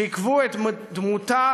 שיקבעו את דמותה,